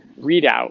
readout